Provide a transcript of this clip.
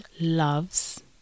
loves